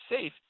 safe